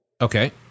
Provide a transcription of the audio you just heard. Okay